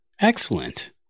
Excellent